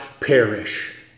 perish